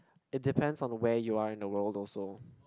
it depends on where you are in the world also